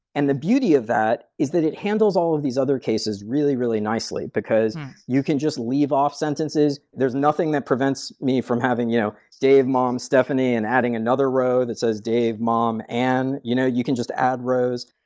and the beauty of that is that it handles all of these other cases really, really nicely, because you can just leave off sentences. there's nothing that prevents me from having you know dave mom stephanie, and adding another row that says dave, mom, and you know you can just add rows.